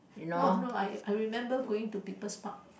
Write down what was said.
no I I remember going to People's Park